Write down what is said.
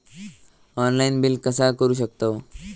Online bill कसा करु शकतव?